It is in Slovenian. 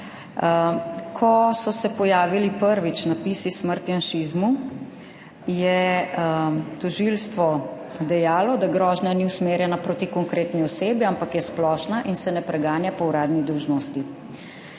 Ko so se prvič pojavili napisi »Smrt janšizmu«, je tožilstvo dejalo, da grožnja ni usmerjena proti konkretni osebi, ampak je splošna in se ne preganja po uradni dolžnosti.